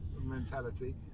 mentality